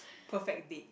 perfect date